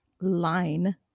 line